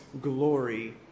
glory